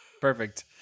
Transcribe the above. Perfect